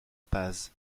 paz